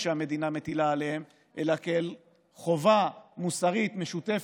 שהמדינה מטילה עליהם אלא כחובה מוסרית משותפת,